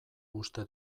uste